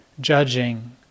judging